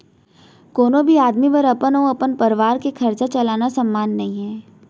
कोनो भी आदमी बर अपन अउ अपन परवार के खरचा ल चलाना सम्मान नइये